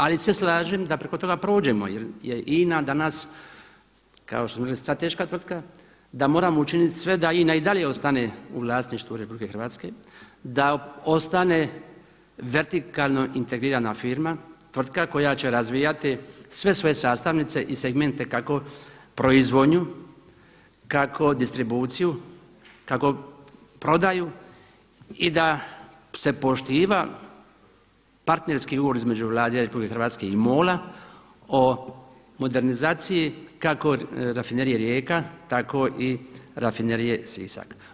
Ali se slažem da preko toga prođemo jer je INA danas kao što smo rekli strateška tvrtka, da moramo učiniti sve da INA i dalje ostane u vlasništvu Republike Hrvatske, da ostane vertikalno integrirana firma, tvrtka koja će razvijati sve svoje sastavnice i segmente kako proizvodnju, kako distribuciju, kako prodaju i da se poštiva partnerski ugovor između Vlade Republike Hrvatske i MOL-a o modernizaciji kako Rafinerije Rijeka tako i Rafinerije Sisak.